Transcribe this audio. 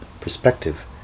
perspective